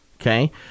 Okay